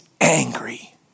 angry